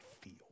feel